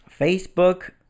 Facebook